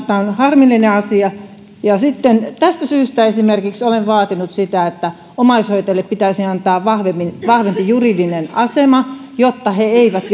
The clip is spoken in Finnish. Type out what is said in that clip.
tämä on harmillinen asia tästä syystä olen vaatinut esimerkiksi sitä että omaishoitajille pitäisi antaa vahvempi juridinen asema jotta he eivät